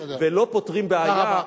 אבל לא פותרים בעיה,